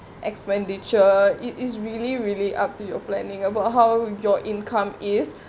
expenditure it is really really up to your planning about how your income is